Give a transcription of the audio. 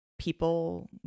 People